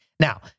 Now